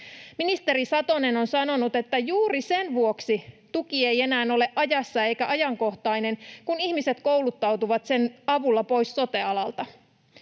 Ministeri Satonen on sanonut, että juuri sen vuoksi tuki ei enää ole ajassa eikä ajankohtainen, että ihmiset kouluttautuvat sen avulla pois sote-alalta.